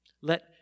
let